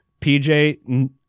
PJ